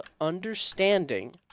understanding